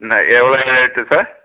என்ன எவ்வளோ rate sir